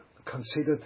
considered